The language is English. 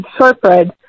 shortbread